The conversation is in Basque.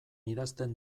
idazten